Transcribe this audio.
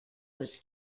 was